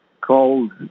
called